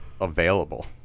available